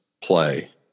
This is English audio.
play